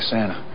Santa